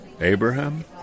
Abraham